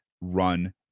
run